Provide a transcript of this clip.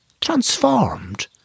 transformed